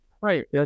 Right